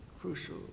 crucial